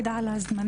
עאידה על ההזמנה,